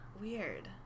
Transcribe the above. Weird